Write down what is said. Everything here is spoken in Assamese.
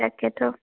তাকেটো